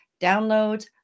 downloads